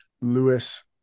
Lewis